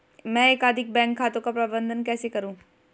मैं एकाधिक बैंक खातों का प्रबंधन कैसे करूँ?